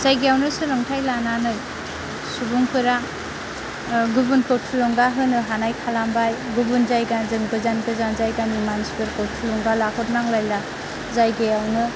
जायगायावनो सोलोंथाइ लानानै सुबुंफोरा गुबुनखौ थुलुंगा होनो हानाय खालामबाय गुबुन जायजाजों गोजान गोजान जायगानि मानसिफोरखौ थुलुंगा लाहर लायनांला जायगायवनो